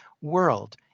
world